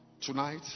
Tonight